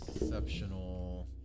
exceptional